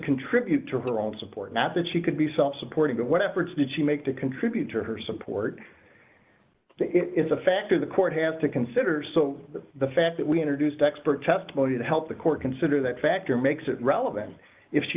contribute to her own support not that she could be self supporting what efforts did she make to contribute to her support it's a factor the court has to consider so the fact that we introduced expert testimony to help the court consider that factor makes it relevant if she